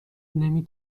نمی